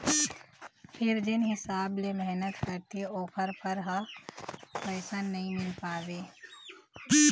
फेर जेन हिसाब ले मेहनत करथे ओखर फर ह वइसन नइ मिल पावय